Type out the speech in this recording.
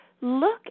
Look